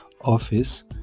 office